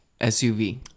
suv